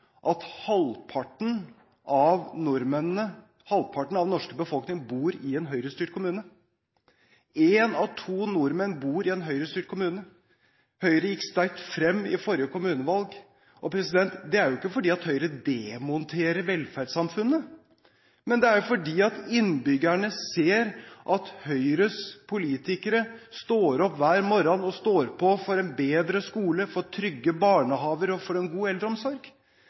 at halvparten av den norske befolkning bor i en høyrestyrt kommune. Én av to nordmenn bor i en høyrestyrt kommune. Høyre gikk sterkt frem i forrige kommunevalg. Det er jo ikke fordi Høyre demonterer velferdssamfunnet, men fordi innbyggerne ser at Høyres politikere står opp hver morgen og står på for en bedre skole, for trygge barnehager og for en god eldreomsorg.